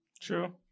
True